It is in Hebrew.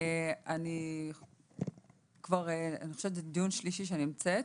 אני נמצאת בדיון שלישי כאן,